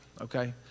Okay